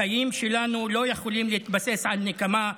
החיים שלנו לא יכולים להתבסס על נקמה.